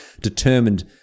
determined